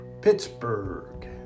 Pittsburgh